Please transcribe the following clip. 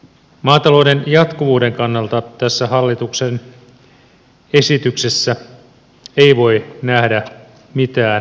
maatalouden jatkuvuuden kannalta tässä hallituksen esityksessä ei voi nähdä mitään myönteistä